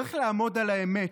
צריך לעמוד על האמת,